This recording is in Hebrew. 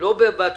של הוועדה פה אחד,